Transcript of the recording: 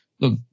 look